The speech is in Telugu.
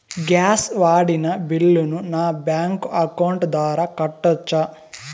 గ్యాస్ వాడిన బిల్లును నా బ్యాంకు అకౌంట్ ద్వారా కట్టొచ్చా?